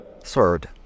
Third